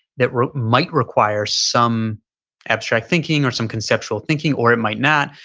that road might require some abstract thinking or some conceptual thinking or it might not.